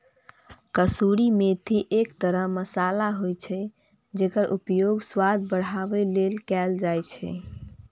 कसूरी मेथी एक तरह मसाला होइ छै, जेकर उपयोग स्वाद बढ़ाबै लेल कैल जाइ छै